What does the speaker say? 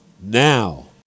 now